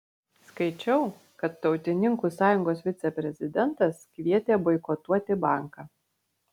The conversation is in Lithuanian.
skaičiau kad tautininkų sąjungos viceprezidentas kvietė boikotuoti banką